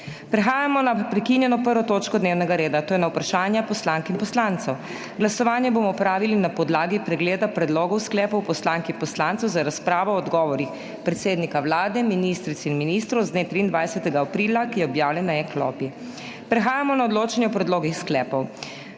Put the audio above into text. Prehajamo naprekinjeno 1. točko dnevnega reda, to je na Vprašanja poslank in poslancev. Glasovanje bomo opravili na podlagi pregleda predlogov sklepov poslank in poslancev za razpravo o odgovorih predsednika Vlade, ministric in ministrov z dne 23. aprila, ki je objavljen na e-klopi. Prehajamo na odločanje o predlogih sklepov.